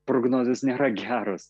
prognozės nėra geros